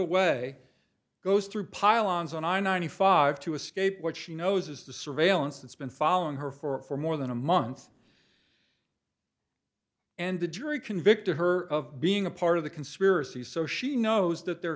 away goes through pylons on i ninety five to escape what she knows is the surveillance that's been following her for more than a month and the jury convicted her of being a part of the conspiracy so she knows that they're